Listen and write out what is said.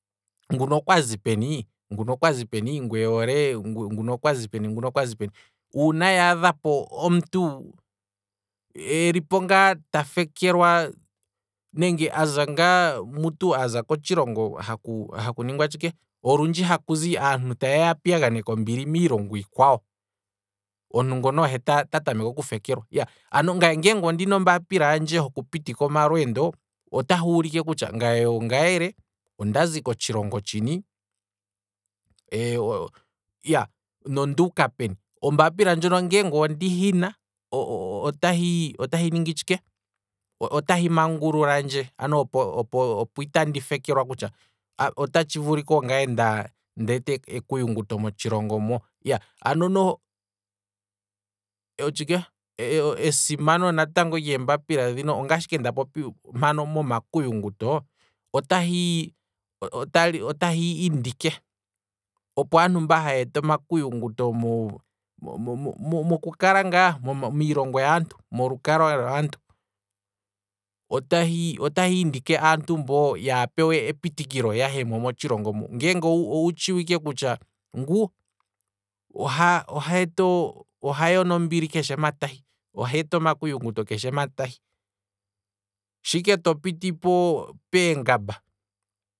Nguno okwazi peni, nguno okwazi peni, ngweye ole, nguno okwazi peni, nguno okwazi peni, uuna yaadha po omuntu elipo ngaa ta fekelwa, nenge aza ngaa mutu kotshilongo haku ningwa tshike, olundji haku zi aantuta yeya oku piya ganeka ombili miilongo iikwawo, omuntu ngono ohe ta tameke okufekelwa, iya ano ngaye nge ondina ombaapilahandje hoku pitika omalweendo, otahi ulike kutya ngaye ongaye le, ondazi kothsilongo tshini, ya na onduuka peni, ombaapila ndjono ngee ondi hina, otahi ningi tshike, otahi mangululandje opo- opo- opo itandi fekelwa kutya otshi vulika ongaye ndeeta ekuyunguto motshilongo mo, iya ano noo, esimano lyeembapila dhino, ongashi ike nda popi mpano momakuyunguto otali otahi indike opo aantu mba haya eta omakuyunguto mokukala ngaa miilongo yaantu, molukalwa lwaantu, otahi indike aantu mboka kaya pewe epitikilo okuya mothsilongo mo, ngeenge owu tshiwike kutya nguu, oha yono ombili keshe mpa tahi, oheeta omakuyunguto kehse mpa tahi, shiike to piti peengamba